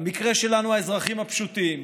במקרה שלנו, האזרחים הפשוטים,